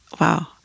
Wow